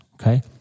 okay